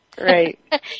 Right